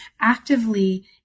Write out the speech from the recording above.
actively